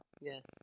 Yes